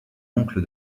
oncle